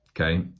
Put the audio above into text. okay